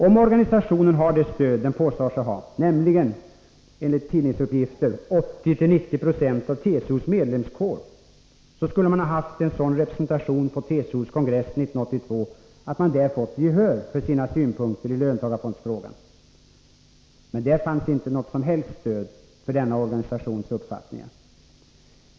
Om organisationen har det stöd som den påstår sig ha, nämligen enligt tidningsuppgifter 80-90 26 av TCO:s medlemskår, skulle man ha haft en sådan representation på TCO:s kongress 1982 att man där fått gehör för sina synpunkter i löntagarfondsfrågan. Men där fanns inte något som helst stöd för denna organisations uppfattningar.